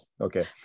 Okay